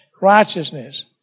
righteousness